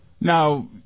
Now